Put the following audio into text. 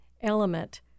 element